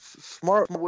Smart